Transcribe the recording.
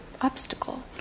obstacle